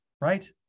right